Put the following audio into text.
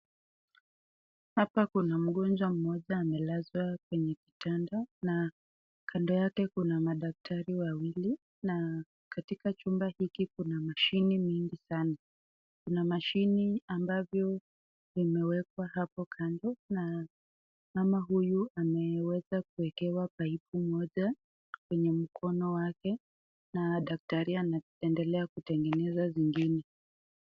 Hapa kuna mgonjwa mmoja amelazwa kwenye kitanda, na kando yake kuna madaktari wawili, na katika chumba hiki kuna mashine mingi sana, kunamashine ambayo imewekwa hapo kando, na mama huyu ameweza kuwekewa paipu moja kwenye mkono wake na daktari anaedelea kutenge zingine.